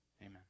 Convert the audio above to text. Amen